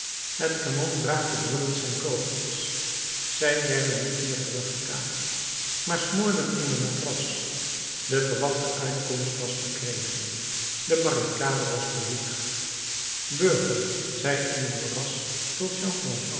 het kanon braakte brullend zijn kogels zij werden niet meer teruggekaatst maar smoorden in de matras de verwachte uitkomst was verkregen de barricade was behoed burger zei enjolras tot